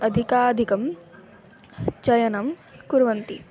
अधिकाधिकं चयनं कुर्वन्ति